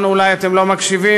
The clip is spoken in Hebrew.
לנו אולי אתם לא מקשיבים,